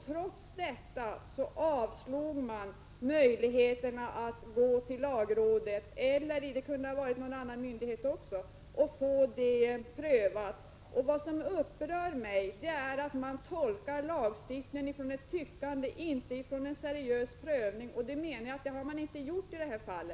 Trots detta avslog utskottsmajoriteten vårt yrkande om lagrådsremiss. Vad som upprör mig mest är att man tolkar riksdagsordningen med utgångspunkt i ett tyckande och inte efter en seriös prövning. Någon sådan prövning har inte skett i detta fall.